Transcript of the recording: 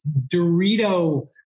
Dorito